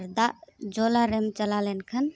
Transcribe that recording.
ᱟᱨ ᱫᱟᱜ ᱡᱚᱞᱟᱨᱮᱢ ᱪᱟᱞᱟᱣ ᱞᱮᱱᱠᱷᱟᱱ